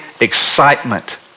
excitement